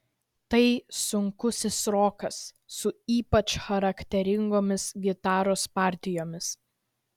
tai sunkusis rokas su ypač charakteringomis gitaros partijomis